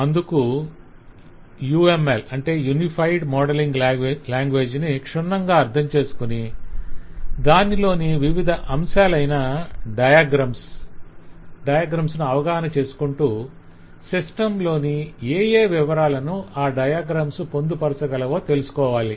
అందుకు UML ను క్షుణ్ణంగా అర్ధంచేసుకొని దానిలోని వివిధ అంశాలైన డయాగ్రమ్స్ ను అవగాహన చేసుకుంటూ సిస్టం లోని ఏఏ వివరాలను ఆ డయాగ్రమ్స్ పొందుపరచగలవో తెలుసుకోవాలి